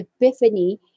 epiphany